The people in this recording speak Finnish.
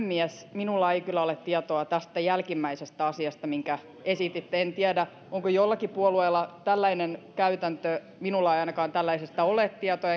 minulla ei kyllä ole tietoa tästä jälkimmäisestä asiasta minkä esititte en tiedä onko jollakin puolueella tällainen käytäntö minulla ei ainakaan ole tällaisesta tietoa